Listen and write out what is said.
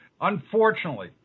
Unfortunately